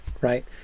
right